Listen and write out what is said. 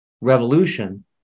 revolution